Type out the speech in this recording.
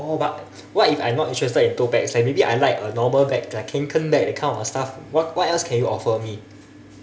oh but what if I'm not interested in tote bags leh maybe I like a normal bag like kanken bag that kind of stuff what what else you can offer me